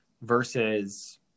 versus